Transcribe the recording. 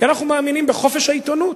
כי אנחנו מאמינים בחופש העיתונות.